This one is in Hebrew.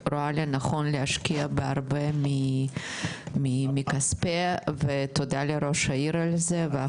רואה לנכון להשקיע בהרבה מכספה ותודה לראש העיר על זה --- אני